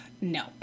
no